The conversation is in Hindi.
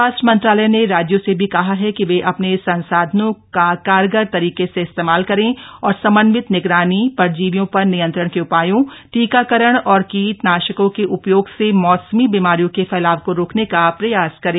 स्वास्थ्य मंत्रालय ने राज्यों से भी कहा है कि वे अपने संसाधनों का कारगर तरीके से इस्तेमाल करें और समन्वित निगरानी परजीवियों पर नियंत्रण के उपायों टीकाकरण और कीटनाशकों के उपयोग से मौसमी बीमारियों के फैलाव को रोकने का प्रयास करें